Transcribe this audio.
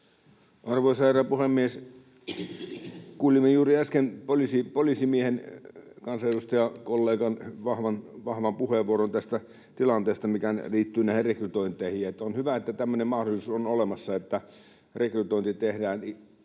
Arvoisa herra puhemies! Kuulimme juuri äsken poliisimiehen, kansanedustajakollegan, vahvan puheenvuoron tästä tilanteesta, mikä liittyy näihin rekrytointeihin. On hyvä, että tämmöinen mahdollisuus on olemassa, että rekrytointi tehdään